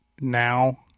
now